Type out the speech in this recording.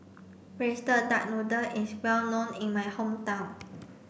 braised duck noodle is well known in my hometown